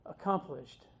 accomplished